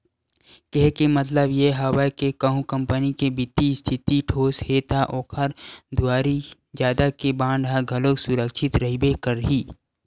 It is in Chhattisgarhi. केहे के मतलब ये हवय के कहूँ कंपनी के बित्तीय इस्थिति ठोस हे ता ओखर दुवारी जारी के बांड ह घलोक सुरक्छित रहिबे करही